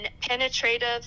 penetrative